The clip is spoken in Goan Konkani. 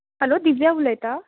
हॅलो दिव्या उलयता